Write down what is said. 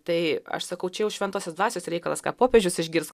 tai aš sakau čia jau šventosios dvasios reikalas ką popiežius išgirs